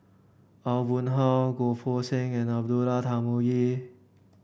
Aw Boon Haw Goh Poh Seng and Abdullah Tarmugi